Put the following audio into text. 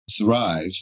thrive